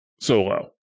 solo